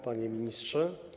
Panie Ministrze!